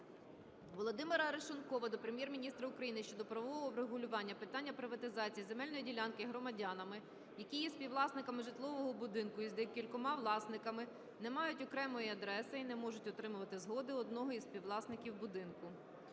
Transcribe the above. Володимира Арешонкова до Прем'єр-міністра України щодо правового врегулювання питання приватизації земельної ділянки громадянами, які є співвласниками житлового будинку із декількома власниками, не мають окремої адреси і не можуть отримувати згоди одного із співвласників будинку.